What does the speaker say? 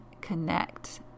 Connect